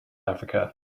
africa